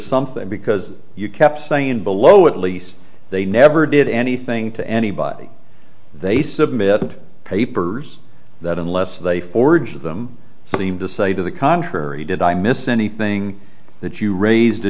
something because you kept saying below at least they never did anything to anybody they submitted papers that unless they forged them seem to say to the contrary did i miss anything that you raised a